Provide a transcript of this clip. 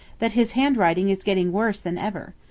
that his handwriting is getting worse than ever.